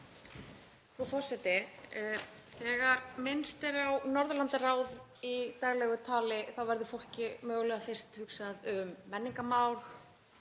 Frú forseti. Þegar minnst er á Norðurlandaráð í daglegu tali verður fólki mögulega fyrst hugsað um menningarmál